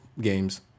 games